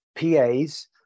PAs